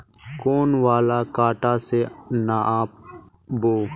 कौन वाला कटा से नाप बो?